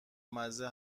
مزه